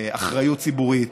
אחריות ציבורית.